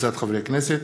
וקבוצת חברי הכנסת,